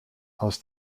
aus